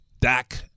Dak